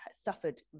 suffered